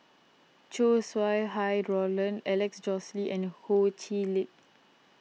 Chow Sau Hai Roland Alex Josey and Ho Chee Lick